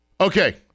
Okay